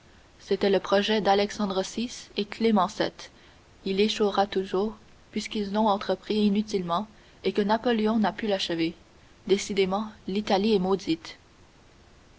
c'était le projet d'alexandre vi et de clément vii il échouera toujours puisqu'ils l'ont entrepris inutilement et que napoléon n'a pu l'achever décidément l'italie est maudite